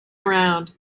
around